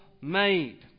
made